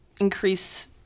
increase